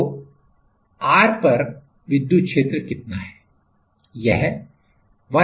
Electric potential तो r पर विद्युत क्षेत्र कितना है